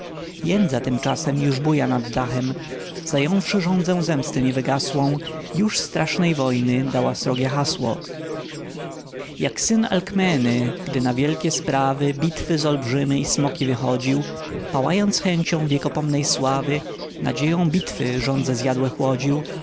jędza tymczasem już buja nad dachem zająwszy żądzę zemsty niewygasłą już strasznej wojny dała srogie hasło jak syn alkmeny gdy na wielkie sprawy walki z olbrzymy i smoki wychodził pałając chęcią wiekopomnej sławy nadzieją bitwy żądze zjadłe chłodził